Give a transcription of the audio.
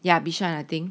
ya bishan I think